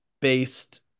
based